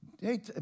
Hey